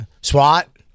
swat